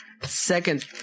Second